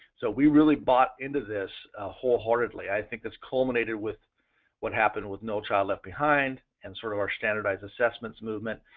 so we really bought into this whole heartedly. i think it's culminated with what happened with no child left behind and sort of our standardized assessments movement.